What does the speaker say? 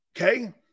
Okay